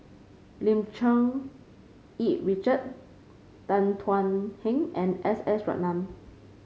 Lim Cherng Yih Richard Tan Thuan Heng and S S Ratnam